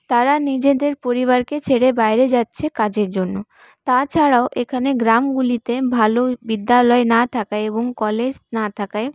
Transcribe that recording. তারা নিজেদের পরিবারকে ছেড়ে বাইরে যাচ্ছে কাজের জন্য তাছাড়াও এখানে গ্রামগুলিতে ভালো বিদ্যালয় না থাকায় এবং কলেজ না থাকায়